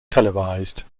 televised